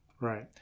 Right